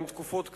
הן תקופות קצרות,